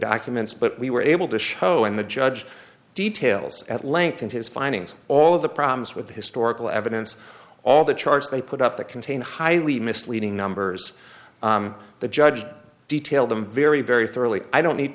documents but we were able to show and the judge details at length in his findings all of the problems with historical evidence all the charts they put up that contain highly misleading numbers the judge detailed them very very thoroughly i don't need